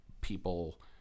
people